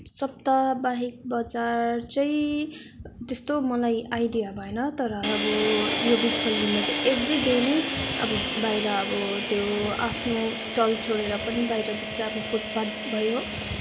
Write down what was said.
सप्ताहिक बजार चाहिँ त्यस्तो मलाई आइडिया भएन तर अब यो बिच गल्लीमा चाहिँ एभरी डे नै अब बाहिर अब त्यो आफ्नो स्टल छोडेर पनि बाहिर जस्तो फुटपाथ भयो